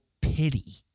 pity